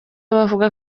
bavuga